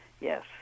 Yes